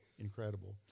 Incredible